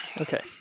Okay